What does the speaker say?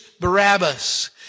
Barabbas